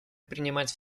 принимать